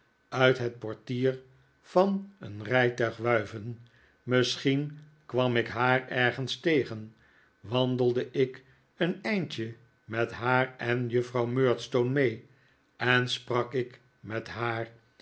uit het portier van een rijtuig wuiven misschien kwam ik haar ergens tegen wandelde ik een eindje met haar en juffrouw murdstone mee en sprak ik met haar